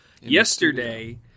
yesterday